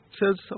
says